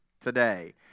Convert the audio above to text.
today